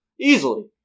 Easily